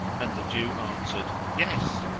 and the jew answered, yes.